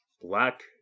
black